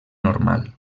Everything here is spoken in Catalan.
normal